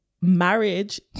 marriage